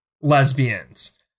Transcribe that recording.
lesbians